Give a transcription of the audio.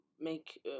make